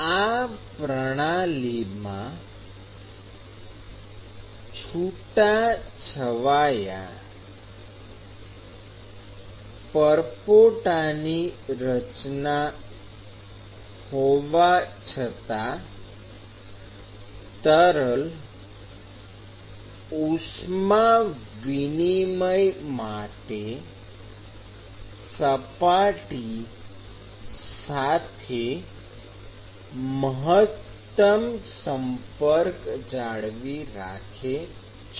આ પ્રણાલીમાં છૂટાછવાયા પરપોટાની રચના હોવા છતાં તરલ ઉષ્મા વિનિમય માટે સપાટી સાથે મહત્તમ સંપર્ક જાળવી રાખે છે